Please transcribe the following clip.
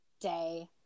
day